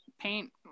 paint